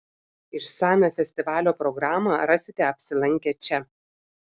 išsamią festivalio programą rasite apsilankę čia